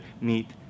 meet